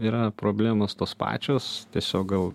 yra problemos tos pačios tiesiog gal